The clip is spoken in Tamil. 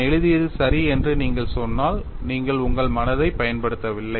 நான் எழுதியது சரி என்று நீங்கள் சொன்னால் நீங்கள் உங்கள் மனதைப் பயன்படுத்தவில்லை